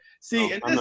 see